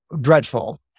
dreadful